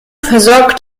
versorgt